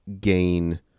gain